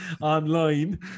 online